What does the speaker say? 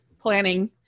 planning